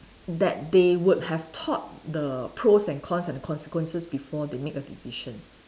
that they would have thought the pros and cons and consequences before they make a decision